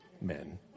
men